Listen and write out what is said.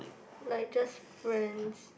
like just friends